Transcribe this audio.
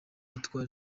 witwa